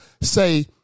say